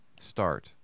start